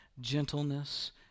gentleness